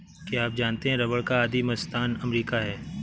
क्या आप जानते है रबर का आदिमस्थान अमरीका है?